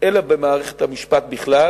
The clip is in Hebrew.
אלא במערכת המשפט בכלל,